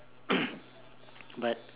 but